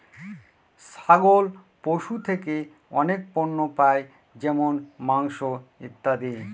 ছাগল পশু থেকে অনেক পণ্য পাই যেমন মাংস, ইত্যাদি